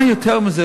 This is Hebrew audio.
מה יותר מזה,